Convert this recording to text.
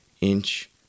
inch